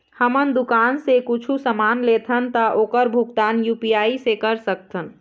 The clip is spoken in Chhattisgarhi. हमन दुकान से कुछू समान लेथन ता ओकर भुगतान यू.पी.आई से कर सकथन?